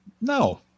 No